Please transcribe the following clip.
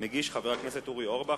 מגיש, חבר הכנסת אורי אורבך.